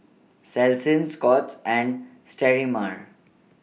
Selsun Scott's and Sterimar